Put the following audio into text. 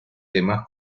temas